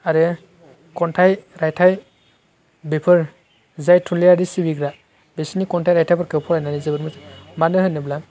आरो खन्थाइ रायथाइ बेफोर जाय थुनलाइयारि सिबिग्रा बिसोरनि खन्थाइ रायथाइफोरखौ फरायनानै जोबोर मोजां मोनो मानो होनोब्ला